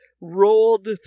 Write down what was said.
rolled